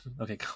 Okay